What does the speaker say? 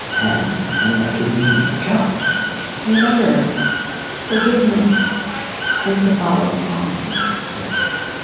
and and that can be a challenge and remember forgiveness tends to follow apologies yeah.